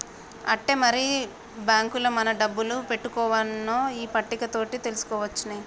ఆట్టే మరి బాంకుల మన డబ్బులు పెట్టుకోవన్నో ఈ పట్టిక తోటి తెలుసుకోవచ్చునే